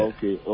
Okay